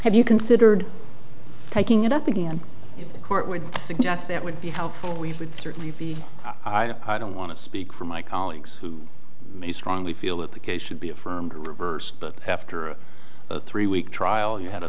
have you considered taking it up again if the court would suggest that would be helpful we would certainly be i don't want to speak for my colleagues who may strongly feel that the case should be affirmed or reversed but after a three week trial you had a